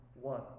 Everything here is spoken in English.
one